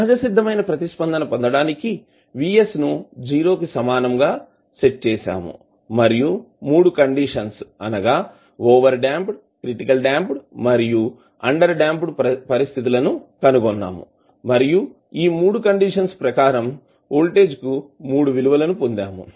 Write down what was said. సహజసిద్దమైన ప్రతిస్పందన పొందడానికి Vs ను 0 కి సమానంగా సెట్ చేసాము మరియు 3 కండిషన్స్ అనగా ఓవర్డ్యాంప్డ్ క్రిటికల్డ్యాంప్డ్ మరియు అండర్ డాంప్డ్ పరిస్థితులును కనుగొన్నాము మరియు ఈ 3 కండిషన్స్ ప్రకారం వోల్టేజ్ కి 3 విలువలు పొందాము